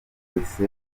wese